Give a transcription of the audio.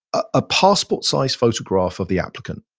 a passport size photograph of the applicant.